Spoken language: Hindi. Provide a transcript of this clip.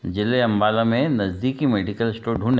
ज़िले अंबाला में नज़दीकी मेडिकल स्टोर ढूंढ़े